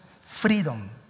freedom